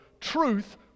Truth